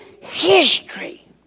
history